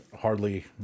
hardly